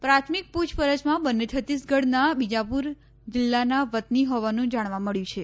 પ્રાથમિક પુછપરછમાં બંન્ને છત્તીસગઢનાં બીજાપુર જિલ્લાનાં વતની હોવાનું જાણવા મળ્યું છે